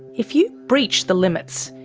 if you breach the limits,